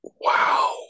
wow